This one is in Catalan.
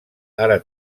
ara